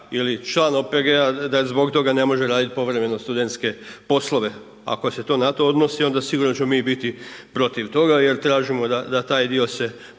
ili član OPG-a da zbog toga ne može raditi povremeno studentske poslove. Ako se to na to odnosi, onda sigurno ćemo mi biti protiv toga jer tražimo da taj dio se